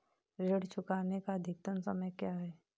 ऋण चुकाने का अधिकतम समय क्या है?